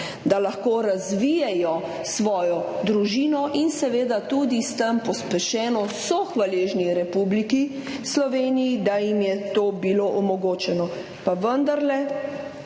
da lahko razvijejo svojo družino in so seveda tudi s tem pospešeno hvaležni Republiki Sloveniji, da jim je to bilo omogočeno. Pa vendarle